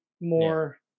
more